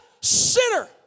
sinner